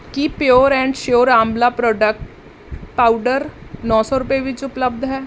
Ki pure and sure amla product powder ਨੌ ਸੌ ਰੁਪਏ ਵਿੱਚ ਉਪਲਬਧ ਹੈ